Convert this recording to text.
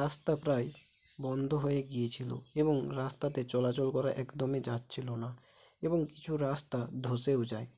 রাস্তা প্রায় বন্ধ হয়ে গিয়েছিল এবং রাস্তাতে চলাচল করা একদমই যাচ্ছিল না এবং কিছু রাস্তা ধসেও যায়